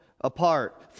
apart